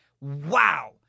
wow